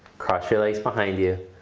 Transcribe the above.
cross your legs behind you.